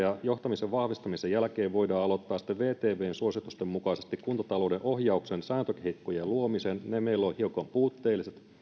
ja osaamisen vahvistamisen jälkeen voidaan aloittaa sitten vtvn suositusten mukaisesti kuntatalouden ohjauksen sääntökehikkojen luominen ne meillä ovat hiukan puutteelliset